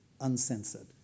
uncensored